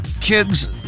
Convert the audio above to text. kids